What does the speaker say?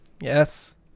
Yes